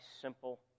simple